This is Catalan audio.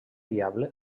diable